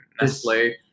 Nestle